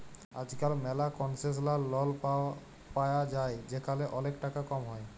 আজকাল ম্যালা concessional loan পায়া যায় যেখালে ওলেক টাকা কম হ্যয়